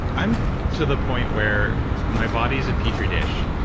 i'm to the point where my body's a petri dish,